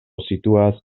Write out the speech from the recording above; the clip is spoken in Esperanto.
situas